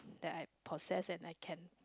that I possess and I can